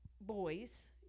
boys